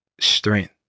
strength